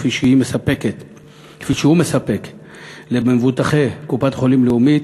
כפי שהוא מספק למבוטחי קופות-החולים לאומית,